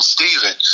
Steven